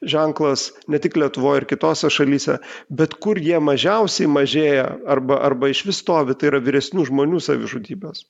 ženklas ne tik lietuvoj ir kitose šalyse bet kur jie mažiausiai mažėja arba arba išvis stovi tai yra vyresnių žmonių savižudybės